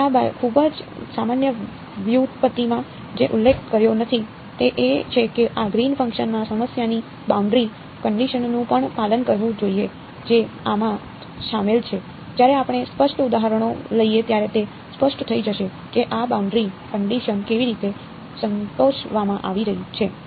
મેં આ ખૂબ જ સામાન્ય વ્યુત્પત્તિમાં જે ઉલ્લેખ કર્યો નથી તે એ છે કે આ ગ્રીન ફંક્શનમાં સમસ્યાની બાઉન્ડરી કન્ડીશનનું પણ પાલન કરવું જોઈએ જે આમાં શામેલ છે જ્યારે આપણે સ્પષ્ટ ઉદાહરણો લઈએ ત્યારે તે સ્પષ્ટ થઈ જશે કે આ બાઉન્ડરી કન્ડીશન કેવી રીતે સંતોષવામાં આવી રહી છે